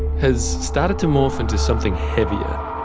has started to morph into something heavier.